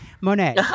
monet